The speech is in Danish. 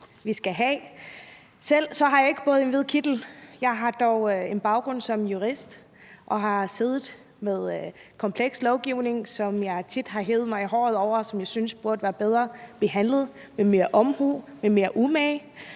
Selv har jeg ikke båret en hvid kittel, men jeg har dog en baggrund som jurist og har siddet med kompleks lovgivning, som jeg tit har hevet mig i håret over, fordi jeg syntes, det burde være blevet behandlet bedre, med mere omhu og mere umage.